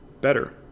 better